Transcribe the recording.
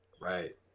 Right